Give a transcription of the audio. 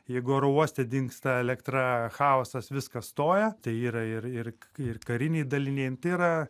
jeigu oro uoste dingsta elektra chaosas viskas stoja tai yra ir ir ir kariniai daliniai nu tai yra